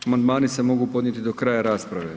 Amandmani se mogu podnijeti do kraja rasprave.